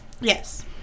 Yes